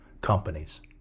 companies